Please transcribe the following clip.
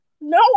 No